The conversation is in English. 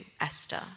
Esther